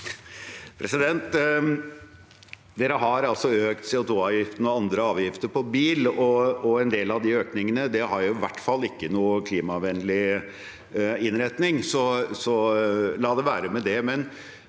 Man har altså økt CO2-avgiften og andre avgifter på bil, og en del av de økningene har i hvert fall ikke noen klimavennlig innretning – så la det være med det.